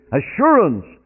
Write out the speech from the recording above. assurance